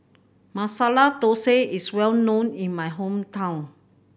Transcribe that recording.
Masala Thosai is well known in my hometown